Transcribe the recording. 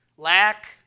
Lack